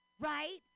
Right